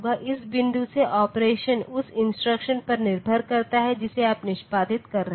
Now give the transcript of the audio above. इस बिंदु से ऑपरेशन उस इंस्ट्रक्शन पर निर्भर करता है जिसे आप निष्पादित कर रहे हैं